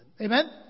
Amen